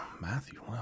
Matthew